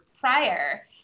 prior